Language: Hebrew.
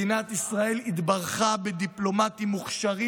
מדינת ישראל התברכה בדיפלומטים מוכשרים